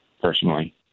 personally